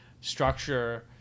structure